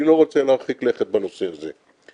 אני לא רוצה להרחיק לכת בנושא הזה.